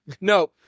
No